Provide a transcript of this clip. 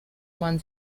man